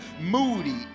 moody